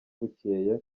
bukeye